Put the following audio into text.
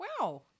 Wow